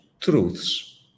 truths